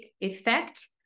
effect